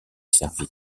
servi